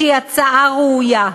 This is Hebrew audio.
שהיא הצעה ראויה.